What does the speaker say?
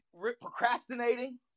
procrastinating